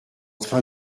train